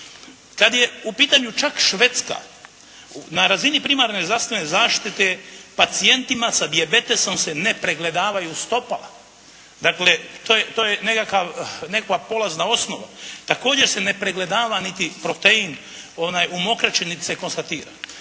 Kad je u pitanju čak Švedska na razini primarne zdravstvene zaštite pacijentima sa dijabetesom se ne pregledavaju stopala. Dakle to je nekakva polazna osnova. Također se ne pregledava niti protein, onaj u mokraći niti se konstatira.